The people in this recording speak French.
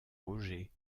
roger